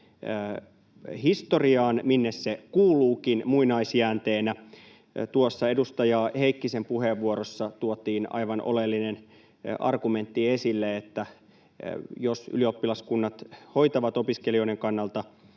historiaan, minne se kuuluukin muinaisjäänteenä. Tuossa edustaja Heikkisen puheenvuorossa tuotiin aivan oleellinen argumentti esille, että jos ylioppilaskunnat hoitavat opiskelijoiden kannalta